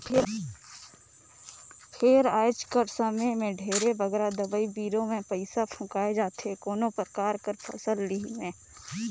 फेर आएज कर समे में ढेरे बगरा दवई बीरो में पइसा फूंकाए जाथे कोनो परकार कर फसिल लेहे में